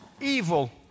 evil